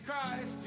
christ